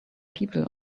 people